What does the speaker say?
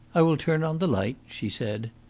i will turn on the light, she said.